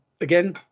again